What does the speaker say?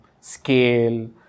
scale